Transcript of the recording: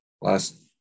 last